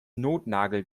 notnagel